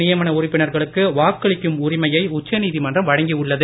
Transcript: நியமன உறுப்பினர்களுக்கு வாக்களிக்கும் உரிமைய உச்சநீதிமன்றம் வழங்கி உள்ளது